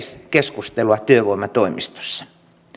keskustelua työvoimatoimistossa